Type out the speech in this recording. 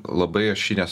labai ašinės